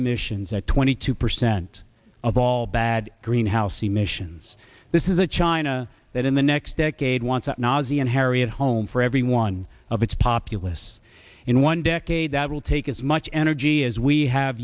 emissions at twenty two percent of all bad greenhouse emissions this is a china that in the next decade wants that nazia harriet home for every one of its populace in one decade that will take as much energy as we have